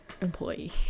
employee